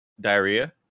diarrhea